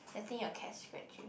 letting you cats scratch you